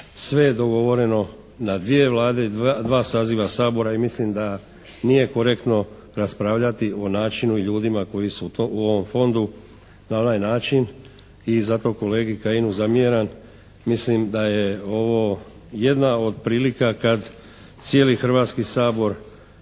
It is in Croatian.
sve je dogovoreno na dvije Vlade i dva saziva Sabora i mislim da nije korektno raspravljati o načinu i ljudima koji su u ovom Fondu na ovaj način. I zato kolegi Kajinu zamjeram. Mislim da je ovo jedna od prilika kad cijeli Hrvatski sabor